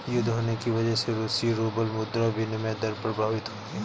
युद्ध होने की वजह से रूसी रूबल मुद्रा विनिमय दर प्रभावित हुई